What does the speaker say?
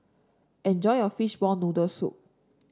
enjoy your Fishball Noodle Soup